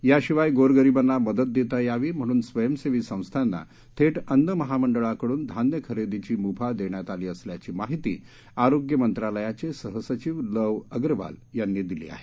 याशिवाय गोरगरिबाती मदत देता यावी म्हणून स्वयस्तिती सस्थापी थेट अन्न महामहळाकडून धान्य खरेदीची मुभा देण्यात आली असल्याची माहिती आरोग्य मक्तीलयाचे सहसचिव लव अग्रवाल यातीी दिली आहे